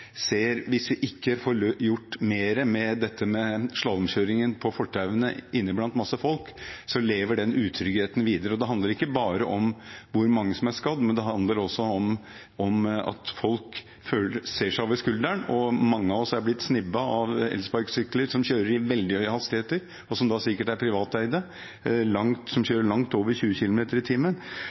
ser at hvis vi ikke får gjort mer med slalåmkjøringen på fortauene blant mye folk, lever den utryggheten videre. Det handler ikke bare om hvor mange som er skadd, men også om at folk ser seg over skulderen. Mange av oss er blitt sneiet av elsparkesykler som kjører i veldig høy hastighet – sikkert privateide – langt over 20 km/t. Vi har behov for å få tilbake den tryggheten på fortauene som mange i Oslo, over